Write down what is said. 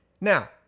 Now